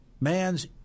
man's